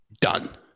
done